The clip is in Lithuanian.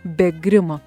bet grimo